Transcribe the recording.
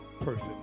perfect